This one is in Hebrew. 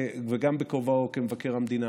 גם בכובעו כמבקר המדינה,